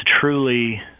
truly